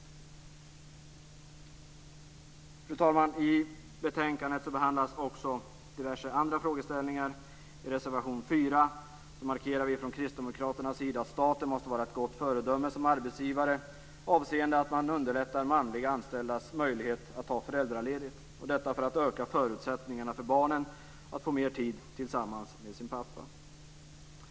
Fru talman! I betänkandet behandlas också diverse andra frågeställningar. I reservation 4 markerar vi från Kristdemokraternas sida att staten måste vara ett gott föredöme som arbetsgivare, avseende att man underlättar manliga anställdas möjlighet att ta föräldraledigt. Detta skall göras för att öka förutsättningarna för barnen att få mer tid tillsammans med sin pappa.